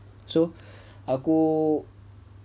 so aku